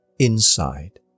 Inside